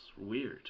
weird